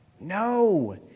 No